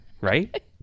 right